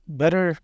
better